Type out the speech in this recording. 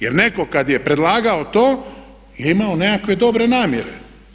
Jer netko kad je predlagao to je imao nekakve dobre namjere.